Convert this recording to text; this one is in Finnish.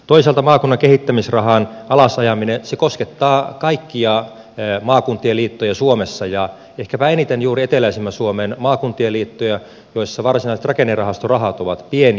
toisaalta maakunnan kehittämisrahan alasajaminen koskettaa kaikkia maakuntien liittoja suomessa ja ehkäpä eniten juuri eteläisimmän suomen maakuntien liittoja joissa varsinaiset rakennerahastorahat ovat pieniä